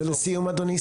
ולסיום אדוני.